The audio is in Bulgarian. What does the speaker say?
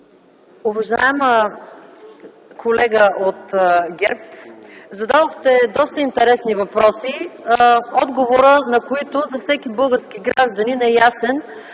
Уважаема колега от ГЕРБ, зададохте доста интересни въпроси, отговорът на които за всеки български гражданин е ясен.